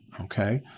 Okay